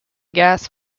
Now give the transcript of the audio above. gas